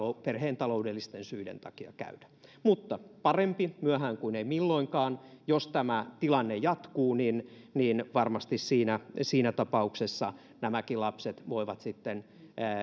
perheen taloudellisten syiden takia käymään mutta parempi myöhään kuin ei milloinkaan jos tämä tilanne jatkuu varmasti siinä siinä tapauksessa nämäkin lapset voivat sitten